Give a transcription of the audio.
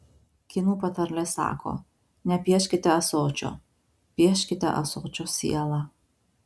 kinų patarlė sako nepieškite ąsočio pieškite ąsočio sielą